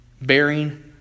Bearing